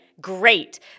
Great